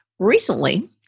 Recently